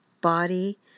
body